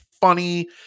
funny